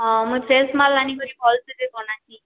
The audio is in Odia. ହଁ ମୁଇଁ ଫ୍ରେଶ ମାଲ୍ ଆଣିକରି ଭଲସେ ଯେ ବନାସି